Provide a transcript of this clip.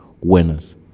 winners